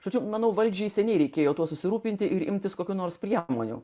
tačiau manau valdžiai seniai reikėjo tuo susirūpinti ir imtis kokių nors priemonių